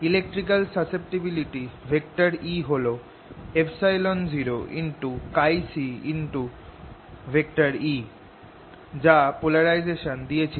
electrical susceptibility E হল ocE যা polarisation দিয়েছিল